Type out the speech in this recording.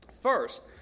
First